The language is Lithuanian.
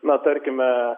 na tarkime